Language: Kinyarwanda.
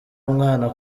umwana